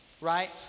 right